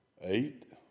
Eight